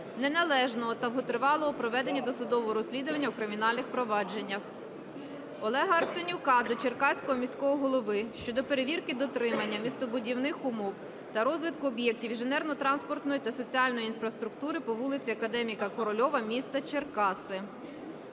неналежного та довготривалого проведення досудового розслідування у кримінальних провадженнях. Олега Арсенюка до Черкаського міського голови щодо перевірки дотримання містобудівних умов та розвитку об'єктів інженерно-транспортної та соціальної інфраструктури по вулиці Академіка Корольова міста Черкаси.